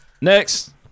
Next